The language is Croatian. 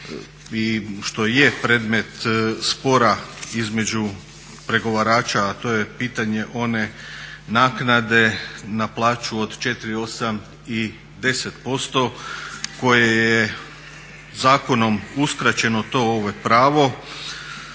što i je predmet spora između pregovarača, a to je pitanje one naknade na plaću od 4, 8 i 10% koje je zakonom uskraćeno to pravo.